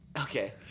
Okay